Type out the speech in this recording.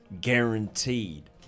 Guaranteed